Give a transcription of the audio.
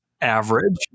average